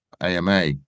ama